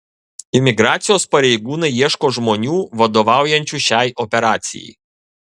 imigracijos pareigūnai ieško žmonių vadovaujančių šiai operacijai